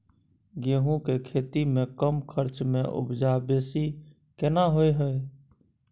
गेहूं के खेती में कम खर्च में उपजा बेसी केना होय है?